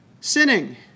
sinning